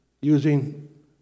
using